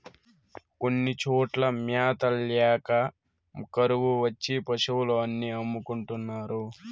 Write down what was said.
కొన్ని చోట్ల మ్యాత ల్యాక కరువు వచ్చి పశులు అన్ని అమ్ముకుంటున్నారు